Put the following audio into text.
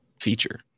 feature